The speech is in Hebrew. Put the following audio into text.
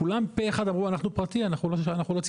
כולם פה אחד אמרו אנחנו פרטי, לא ציבורי.